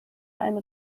einen